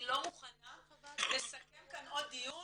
אני לא מוכנה לסכם כאן עוד דיון